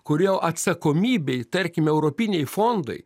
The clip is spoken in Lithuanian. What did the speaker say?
kurio atsakomybėj tarkim europiniai fondai